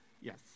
yes